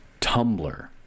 Tumblr